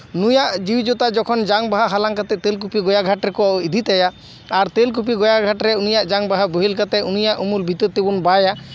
ᱱᱩᱭᱟᱜ ᱡᱤᱣᱤ ᱡᱚᱛᱟ ᱡᱚᱠᱷᱚᱱ ᱡᱟᱝ ᱵᱟᱦᱟ ᱦᱟᱞᱟᱝ ᱠᱟᱛᱮᱜ ᱛᱮᱞᱠᱚᱯᱤ ᱜᱚᱭᱟ ᱜᱷᱟᱴ ᱨᱮᱠᱚ ᱤᱫᱤ ᱛᱟᱭᱟ ᱟᱨ ᱛᱮᱞᱠᱚᱯᱤ ᱜᱚᱭᱟ ᱜᱷᱟᱴ ᱨᱮ ᱡᱟᱝ ᱵᱟᱦᱟ ᱵᱳᱦᱮᱞ ᱠᱟᱛᱮᱜ ᱩᱱᱤᱭᱟᱜ ᱩᱢᱩᱞ ᱵᱷᱤᱛᱟᱹᱨ ᱛᱮᱵᱚᱱ ᱵᱟᱭᱟ